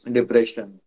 Depression